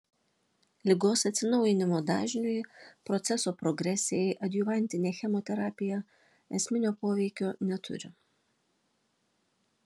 ligos atsinaujinimo dažniui proceso progresijai adjuvantinė chemoterapija esminio poveikio neturi